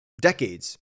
decades